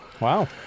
wow